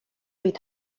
oedd